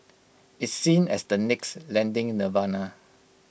it's seen as the next lending nirvana